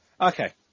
Okay